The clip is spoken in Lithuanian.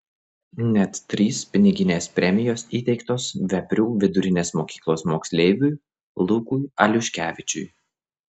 net trys piniginės premijos įteiktos veprių vidurinės mokyklos moksleiviui lukui aliuškevičiui